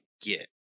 get